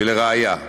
ולראיה,